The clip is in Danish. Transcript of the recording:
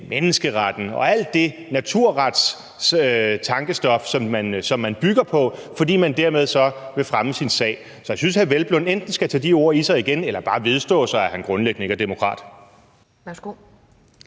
menneskeretten og alt det naturretstankestof, som man bygger på, fordi man dermed så vil fremme sin sag. Så jeg synes, hr. Peder Hvelplund enten skal tage de ord i sig igen eller bare vedstå sig, at han grundlæggende ikke er demokrat.